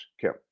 Kim